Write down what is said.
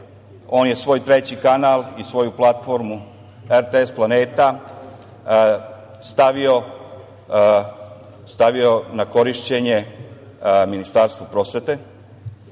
on je svoj treći kanal i svoju platformu RTS Planeta, stavio na korišćenje Ministarstvu prosvete.